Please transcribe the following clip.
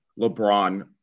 lebron